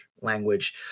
language